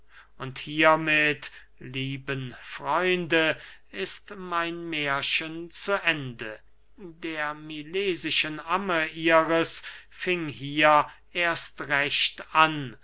und hiermit lieben freunde ist mein mährchen zu ende der milesischen amme ihres fing hier erst recht an